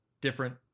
different